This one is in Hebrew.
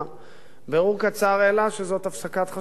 בירור קצר העלה שזאת הפסקת חשמל יזומה.